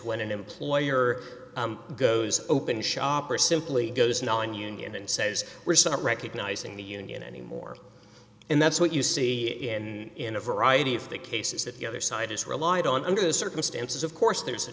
when an employer goes open shop or simply goes nonunion and says we're not recognizing the union anymore and that's what you see in a variety of the cases that the other side is relied on under the circumstances of course there's a